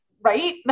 right